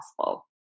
possible